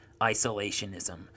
isolationism